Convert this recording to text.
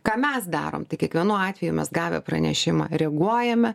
ką mes darom tai kiekvienu atveju mes gavę pranešimą reaguojame